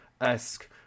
esque